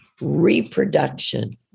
reproduction